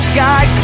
Sky